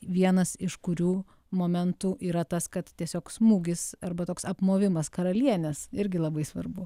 vienas iš kurių momentų yra tas kad tiesiog smūgis arba toks apmovimas karalienės irgi labai svarbu